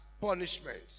punishment